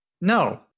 no